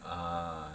ah